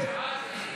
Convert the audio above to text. זה מה שאנחנו נעשה